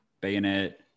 bayonet